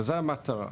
וזו המטרה.